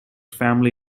family